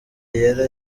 yera